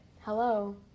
Hello